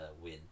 win